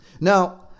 Now